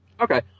Okay